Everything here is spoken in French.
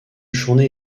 journée